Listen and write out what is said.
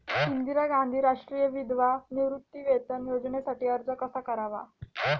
इंदिरा गांधी राष्ट्रीय विधवा निवृत्तीवेतन योजनेसाठी अर्ज कसा करायचा?